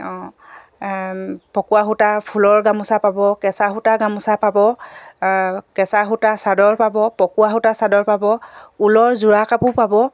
অঁ পকুৱা সূতা ফুলৰ গামোচা পাব কেঁচা সূতা গামোচা পাব কেঁচা সূতা চাদৰ পাব পকোৱা সূতা চাদৰ পাব ঊলৰ যোৰা কাপোৰ পাব